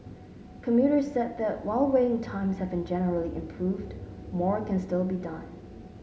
commuters said that while waiting times have generally improved more can still be done